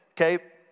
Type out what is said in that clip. okay